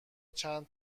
چند